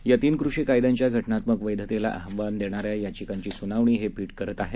या तीन कृषी कायद्यांच्या घटनात्मक वैधतेला आव्हान देणाऱ्या याचिकांची सुनावणी हे पीठ करत आहे